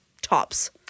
tops